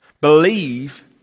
believe